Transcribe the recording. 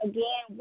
Again